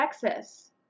texas